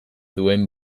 duen